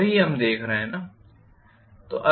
वही हम देख रहे हैं है ना